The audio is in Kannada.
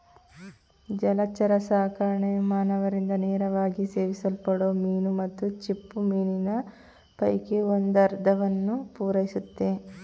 ಜಲಚರಸಾಕಣೆ ಮಾನವರಿಂದ ನೇರವಾಗಿ ಸೇವಿಸಲ್ಪಡೋ ಮೀನು ಮತ್ತು ಚಿಪ್ಪುಮೀನಿನ ಪೈಕಿ ಒಂದರ್ಧವನ್ನು ಪೂರೈಸುತ್ತೆ